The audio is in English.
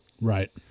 Right